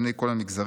בני כל המגזרים,